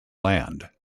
land